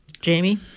Jamie